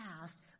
past